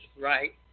right